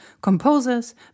composers